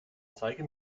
zeige